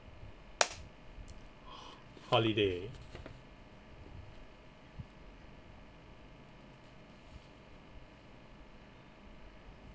holiday